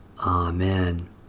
Amen